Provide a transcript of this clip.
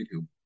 YouTube